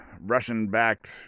Russian-backed